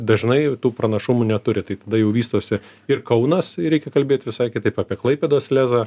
dažnai jau tų pranašumų neturi tai tada jau vystosi ir kaunas ir reikia kalbėt visai kitaip apie klaipėdos lezą